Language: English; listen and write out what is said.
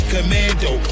Commando